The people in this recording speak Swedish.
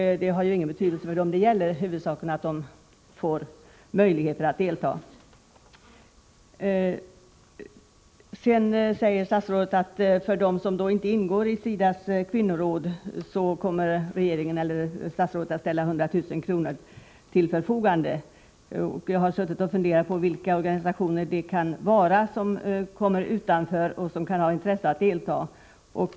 Det har ingen betydelse för dem det gäller — huvudsaken är att de får möjlighet att delta. Statsrådet säger att 100 000 kr. kommer att ställas till förfogande för de organisationer som inte ingår i SIDA:s kvinnoråd. Jag har funderat över vilka organisationer det kan vara som står utanför och som kan ha intresse av att delta.